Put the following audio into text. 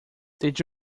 did